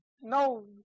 no